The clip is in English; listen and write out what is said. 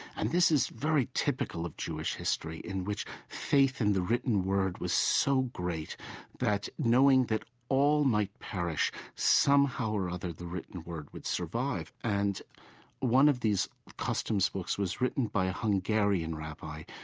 and this is very typical of jewish history in which faith in the written word was so great that knowing that all might perish, somehow or other the written word would survive. and one of these customs books was written by a hungarian rabbi,